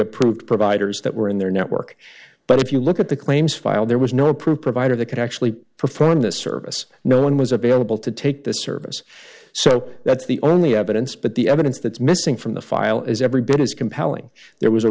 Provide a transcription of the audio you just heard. approved providers that were in their network but if you look at the claims filed there was no approved provider that could actually perform this service no one was available to take this service so that's the only evidence but the evidence that's missing from the file is every bit as compelling there was